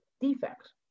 defects